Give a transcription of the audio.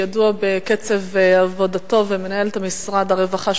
שידוע בקצב עבודתו ומנהל את משרד הרווחה,